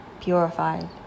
Purified